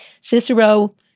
Cicero